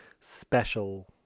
special